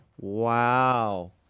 Wow